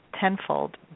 tenfold